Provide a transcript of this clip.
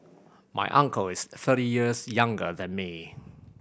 my uncle is thirty years younger than me